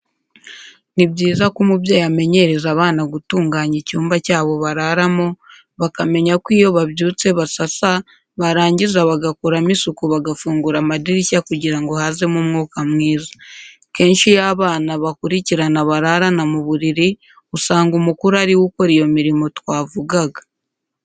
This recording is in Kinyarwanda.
Ni byiza ko umubyeyi amenyereza abana gutunganya icyumba cyabo bararamo, bakamenya ko iyo babyutse basasa barangiza bagakoramo isuku bagafungura amadirishya kugira ngo hazemo umwuka mwiza. Kenshi iyo abana bakurikirana bararana mu buriri usanga umukuru ariwe ukora iyo mirimo twavugaga.